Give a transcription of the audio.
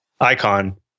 icon